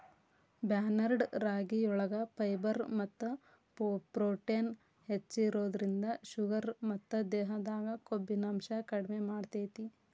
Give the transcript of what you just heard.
barnyard ರಾಗಿಯೊಳಗ fibre ಮತ್ತ protein ಹೆಚ್ಚಿರೋದ್ರಿಂದ ಶುಗರ್ ಮತ್ತ ದೇಹದಾಗ ಕೊಬ್ಬಿನಾಂಶ ಕಡಿಮೆ ಮಾಡ್ತೆತಿ